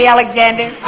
Alexander